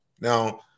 now